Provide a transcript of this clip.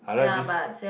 I like this